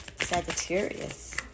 Sagittarius